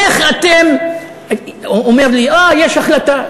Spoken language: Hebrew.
איך אתם, הוא אומר לי, "אה, יש החלטה".